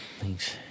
Thanks